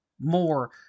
more